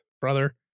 brother